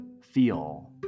feel